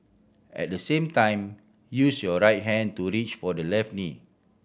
at the same time use your right hand to reach for the left knee